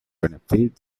benefit